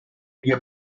روی